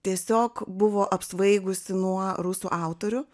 tiesiog buvo apsvaigusi nuo rusų autorių